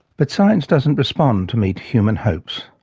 but science doesn't respond to meet human hopes.